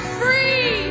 free